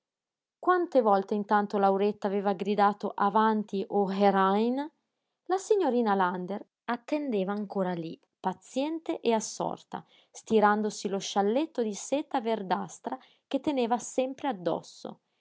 quanto volte intanto lauretta aveva gridato avanti o herein la signorina lander attendeva ancora lí paziente e assorta stirandosi lo scialletto di seta verdastra che teneva sempre addosso